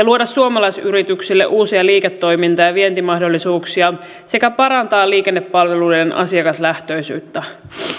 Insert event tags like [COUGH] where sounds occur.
[UNINTELLIGIBLE] luoda suomalaisyrityksille uusia liiketoiminta ja ja vientimahdollisuuksia sekä parantaa liikennepalveluiden asiakaslähtöisyyttä